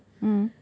mm